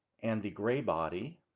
and the gray body